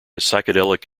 psychedelic